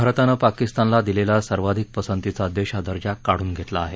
भारतानं पाकिस्तानला दिलेला सर्वाधिक पसंतीचा देश हा दर्जा काढून घेतला आहे